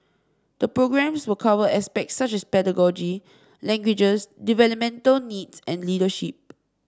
the programmes will cover aspects such as pedagogy languages developmental needs and leadership